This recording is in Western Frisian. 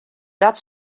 dat